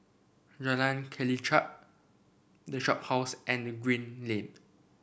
Jalan Kelichap The Shophouse and the Green Lane